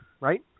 right